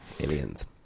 Aliens